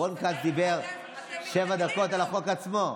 רון כץ דיבר שבע דקות על החוק עצמו.